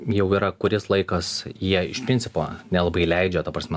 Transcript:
jau yra kuris laikas jie iš principo nelabai leidžia ta prasme